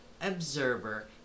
observer